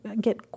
get